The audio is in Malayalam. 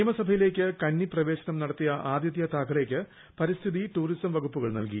നിയമസഭയിലേക്ക് കന്നി പ്രവേശനം നടത്തിയ ആദിത്യ താക്കറേയ്ക്ക് പരിസ്ഥിതി ടൂറിസം വകുപ്പുകൾ നൽകി